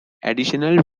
additional